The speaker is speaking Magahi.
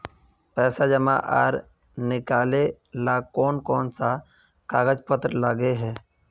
पैसा जमा आर निकाले ला कोन कोन सा कागज पत्र लगे है?